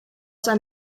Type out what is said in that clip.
zijn